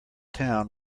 town